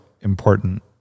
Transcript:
important